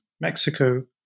Mexico